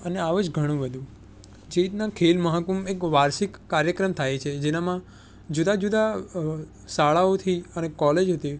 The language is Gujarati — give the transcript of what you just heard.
અને આવું જ ઘણું બધું જેવી રીતના ખેલ મહાકુંભ એક વાર્ષિક કાર્યક્રમ થાય છે જેનામાં જુદા જુદા શાળાઓથી અને કોલેજોથી